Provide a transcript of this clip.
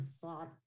thought